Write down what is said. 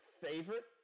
favorite